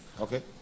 Okay